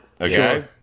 okay